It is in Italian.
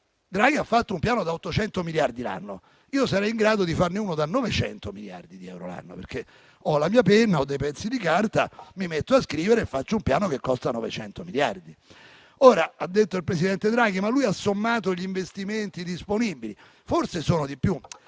Draghi ha fatto un piano da 800 miliardi l'anno ed io sarei in grado di farne uno da 900 miliardi di euro l'anno, perché ho la mia penna, ho dei pezzi di carta, mi metto a scrivere e faccio un piano che costa 900 miliardi. Si è detto che il Presidente Draghi ha sommato gli investimenti disponibili, quindi forse sono di più.